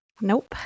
Nope